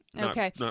Okay